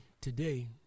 today